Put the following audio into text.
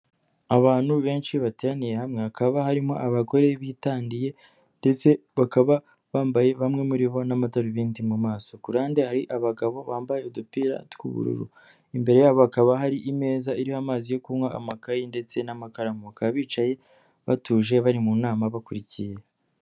Abantu benshi bateraniye hamwe, hakaba harimo abagore bitandiye ndetse bakaba bambaye bamwe muri bo n'amadarubindi mu maso, ku ruhande hari abagabo bambaye udupira tw'ubururu, imbere yabo hakaba hari imeza iriho amazi yo kunywa, amakayi ndetse n'amakaramu bakaba bicaye batuje bari mu nama bakurikiye.